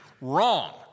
Wrong